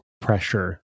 pressure